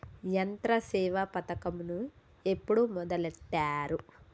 యంత్రసేవ పథకమును ఎప్పుడు మొదలెట్టారు?